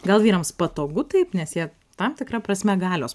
gal vyrams patogu taip nes jie tam tikra prasme galios